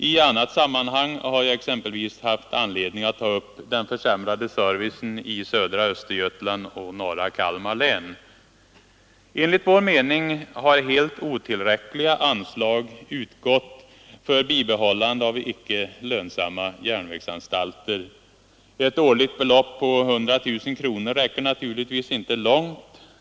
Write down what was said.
I annat sammanhang har jag exempelvis haft anledning att ta upp den försämrade servicen i södra Östergötland och i norra Kalmar län. Enligt vår mening har helt otillräckliga anslag utgått för bibehållande av icke lönsamma järnvägsanstalter. Ett årligt belopp av 100 000 kronor räcker naturligtvis inte långt.